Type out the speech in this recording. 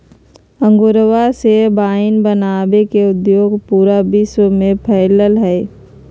अंगूरवा से वाइन बनावे के उद्योग पूरा विश्व में फैल्ल हई